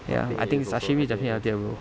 ya I think sashimi is definitely healthier bro